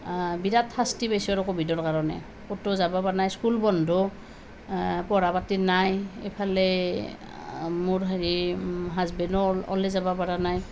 বিৰাট শাস্তি পাইছোঁ আৰু ক'ভিডৰ কাৰণে ক'তো যাব পৰা নাই স্কুল বন্ধ পঢ়া পাতি নাই ইফালে মোৰ হেৰি হাজবেণ্ডো ওলাই যাব পৰা নাই